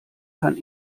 kann